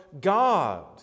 God